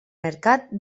mercat